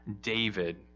David